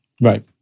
Right